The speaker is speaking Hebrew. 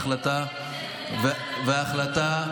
והיא החלטה,